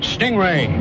Stingray